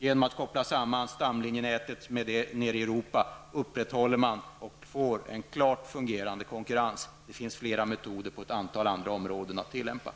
Genom att koppla samman stamlinjenätet med nätet nere i Europa får man en klart fungerande konkurrens. Det finns flera metoder att tillämpa på ett antal områden.